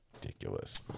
Ridiculous